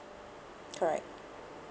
correct